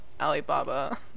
Alibaba